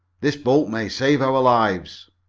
this boat may save our lives.